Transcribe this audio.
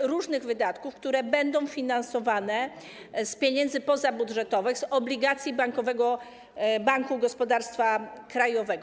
różnych wydatków, które będą finansowane z pieniędzy pozabudżetowych, z obligacji Banku Gospodarstwa Krajowego.